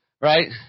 Right